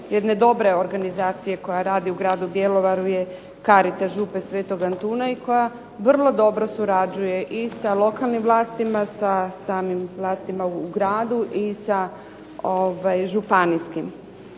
jedne dobre organizacije koja radi u gradu Bjelovaru je "Caritas Župe sv. Antuna" koja vrlo dobro surađuje i sa lokalnim vlastima sa onim vlastima u gradu i sa županijskim.